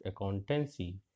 accountancy